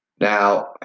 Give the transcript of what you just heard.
Now